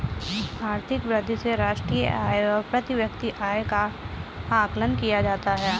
आर्थिक वृद्धि से राष्ट्रीय आय और प्रति व्यक्ति आय का आकलन किया जाता है